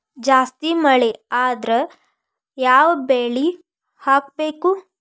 ಜಾಸ್ತಿ ಮಳಿ ಆದ್ರ ಯಾವ ಬೆಳಿ ಹಾಕಬೇಕು?